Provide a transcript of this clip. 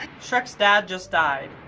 shrek's dad just died.